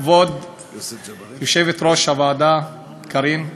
כבוד יושבת-ראש הוועדה קארין אלהרר,